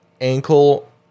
ankle